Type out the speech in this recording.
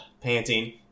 panting